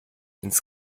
ins